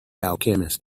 alchemist